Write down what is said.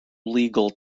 legal